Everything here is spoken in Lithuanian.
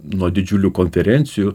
nuo didžiulių konferencijų